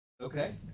Okay